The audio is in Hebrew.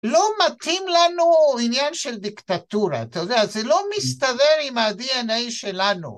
לא מתאים לנו עניין של דיקטטורה, אתה יודע, זה לא מסתדר עם ה-DNA שלנו.